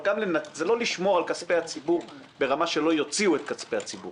אבל זה לא לשמור על כספי הציבור ברמה שלא יוציאו את כספי הציבור